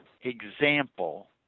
example